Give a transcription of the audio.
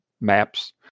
maps